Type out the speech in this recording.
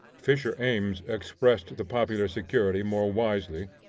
fisher ames expressed the popular security more wisely,